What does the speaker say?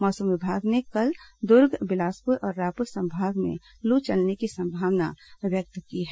मौसम विभाग ने कल दुर्ग बिलासपुर और रायपुर संभाग में लू चलने की संभावना व्यक्त की है